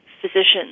physicians